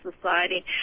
society